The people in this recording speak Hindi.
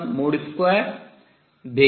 2 देगा